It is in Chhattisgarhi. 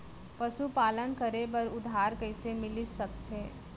पशुपालन करे बर उधार कइसे मिलिस सकथे?